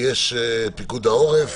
של העניין,